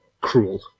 cruel